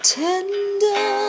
tender